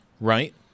right